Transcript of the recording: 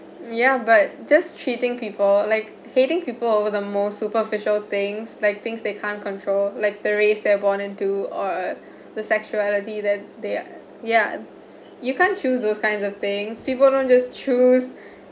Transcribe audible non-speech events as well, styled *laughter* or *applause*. ya but just treating people like hating people over the more superficial things like things they can't control like the race they are born into or the sexuality that they're ya you can't choose those kinds of things people don't just choose *breath*